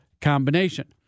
combination